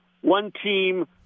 one-team